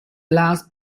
glass